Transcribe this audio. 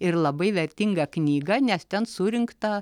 ir labai vertinga knyga nes ten surinkta